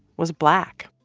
was black.